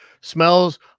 smells